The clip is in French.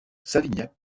savignac